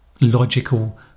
logical